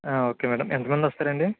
ఒకే madam ఎంతమంది వస్తారండి